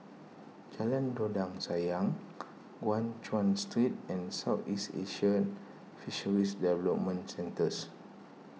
Jalan Dondang Sayang Guan Chuan Street and Southeast Asian Fisheries Development Centres